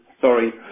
sorry